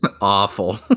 Awful